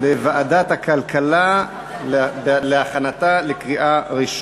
הכלכלה נתקבלה.